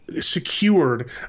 secured